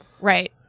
right